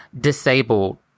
disabled